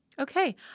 okay